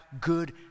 good